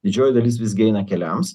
didžioji dalis visgi eina keliams